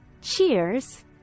Cheers